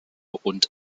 und